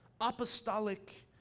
apostolic